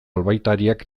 albaitariak